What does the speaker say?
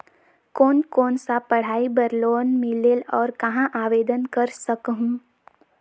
कोन कोन सा पढ़ाई बर लोन मिलेल और कहाँ आवेदन कर सकहुं?